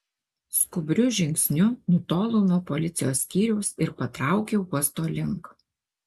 skubriu žingsniu nutolau nuo policijos skyriaus ir patraukiau uosto link